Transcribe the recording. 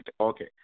Okay